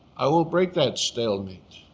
i will break that stalemate.